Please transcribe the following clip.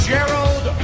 Gerald